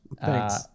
Thanks